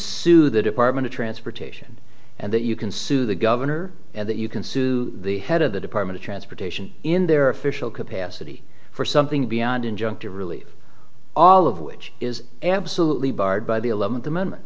sue the department of transportation and that you can sue the governor and that you can sue the head of the department of transportation in their official capacity for something beyond injunctive relief all of which is absolutely barred by the eleventh